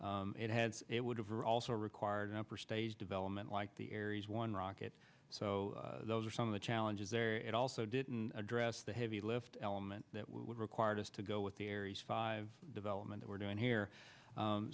it had it would have are also required an upper stage development like the aries one rocket so those are some of the challenges it also didn't address the heavy lift element that would required us to go with the aries five development we're doing here